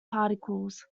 particles